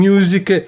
Music